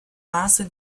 maße